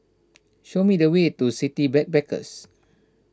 show me the way to City Backpackers